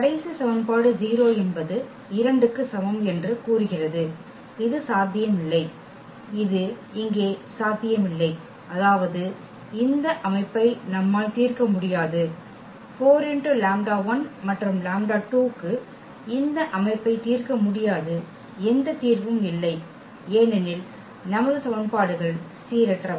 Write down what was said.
கடைசி சமன்பாடு 0 என்பது 2 க்கு சமம் என்று கூறுகிறது இது சாத்தியமில்லை இது இங்கே சாத்தியமில்லை அதாவது இந்த அமைப்பை நம்மால் தீர்க்க முடியாது மற்றும் க்கு இந்த அமைப்பை தீர்க்க முடியாது எந்த தீர்வும் இல்லை ஏனெனில் நமது சமன்பாடுகள் சீரற்றவை